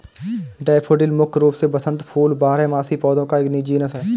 daffodil मुख्य रूप से वसंत फूल बारहमासी पौधों का एक जीनस है